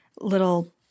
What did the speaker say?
little